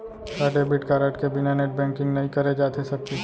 का debit card के बिना नेट बैंकिंग नई करे जाथे सके?